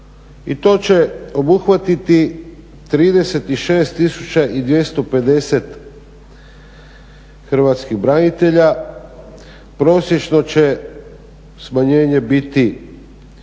I to će obuhvatiti 36 250 hrvatskih branitelja. Prosječno će smanjenje biti